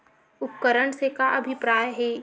उपकरण से का अभिप्राय हे?